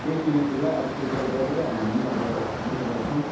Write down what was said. यही चुनौतीलाई अब स्वीकार गरेर हामी अब हिँड्ने गर्छौँ